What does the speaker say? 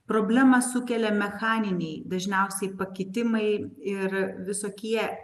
problemą sukelia mechaniniai dažniausiai pakitimai ir visokie